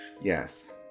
Yes